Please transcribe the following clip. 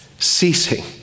ceasing